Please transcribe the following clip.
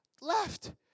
Left